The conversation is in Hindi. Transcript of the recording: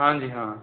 हाँ जी हाँ